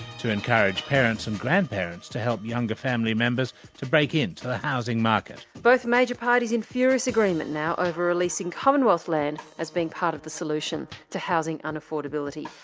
to encourage parents and grandparents to help younger family members to break in to the housing market. both major parties in furious agreement now over releasing commonwealth land as being part of the solution to housing unaffordability,